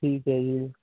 ਠੀਕ ਹੈ ਜੀ